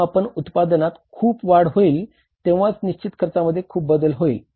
जेव्हा उत्पादनात खूप वाढ होईल तेंव्हाच निश्चित खर्चामध्ये खूप बदल होईल